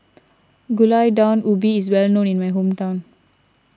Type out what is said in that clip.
Gulai Daun Ubi is well known in my hometown